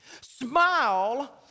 smile